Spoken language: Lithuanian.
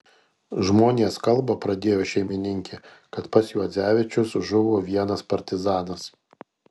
žmonės kalba pradėjo šeimininkė kad pas juodzevičius žuvo vienas partizanas